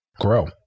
grow